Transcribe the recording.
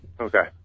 Okay